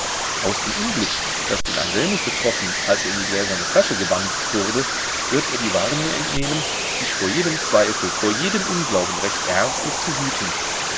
aus dem unglück das den anselmus betroffen als er in die gläserne flasche gebannt wurde wird er die warnung entnehmen sich vor jedem zweifel vor jedem unglauben recht ernstlich zu hüten